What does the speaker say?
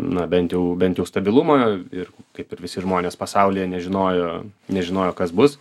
na bent jau bent jau stabilumą ir kaip ir visi žmonės pasaulyje nežinojo nežinojo kas bus